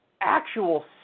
actual